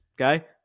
Okay